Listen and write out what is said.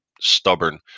stubborn